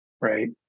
right